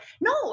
No